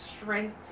strength